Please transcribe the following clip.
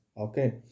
Okay